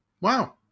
Wow